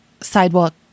sidewalk